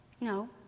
No